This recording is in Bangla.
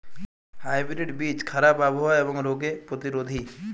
হাইব্রিড বীজ খারাপ আবহাওয়া এবং রোগে প্রতিরোধী